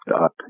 up